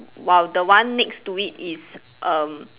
while the one next to it is um